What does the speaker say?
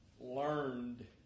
learned